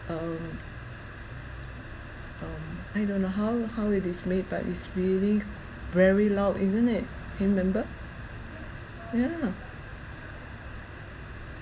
uh um I don't know how how it is made but it's really very loud isn't it can you remember yeah